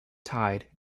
tide